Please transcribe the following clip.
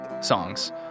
songs